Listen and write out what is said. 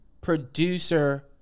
producer